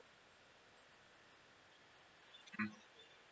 okay